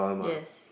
yes